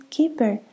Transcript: Keeper